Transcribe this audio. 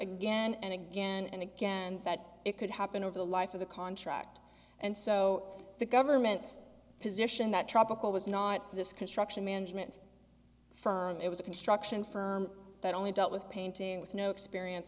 again and again and again that it could happen over the life of the contract and so the government's position that tropical was not this construction management firm it was a construction firm that only dealt with painting with no experience